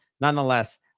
nonetheless